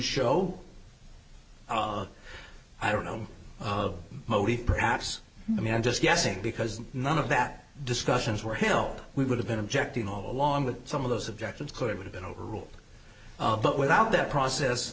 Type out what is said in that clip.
show i don't know of perhaps i mean i'm just guessing because none of that discussions were held we would have been objecting all along with some of those objections could have been overruled but without that process